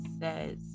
says